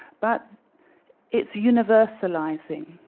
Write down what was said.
but it's universalizing.